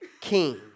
king